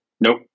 Nope